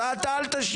אז אל תשיב,